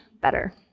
better